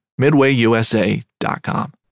MidwayUSA.com